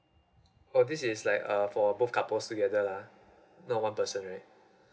oh this is like uh for both couples together lah no one person right